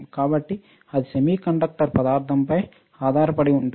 కాబట్టి అది సెమీకండక్టర్ పదార్థంపై ఆధారపడి ఉంటుంది